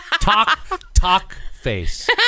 Talk-talk-face